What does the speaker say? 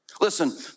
Listen